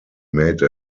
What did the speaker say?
made